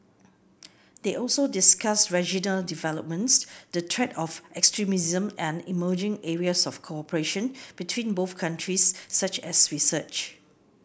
they also discussed regional developments the threat of extremism and emerging areas of cooperation between both countries such as research